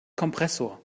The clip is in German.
kompressor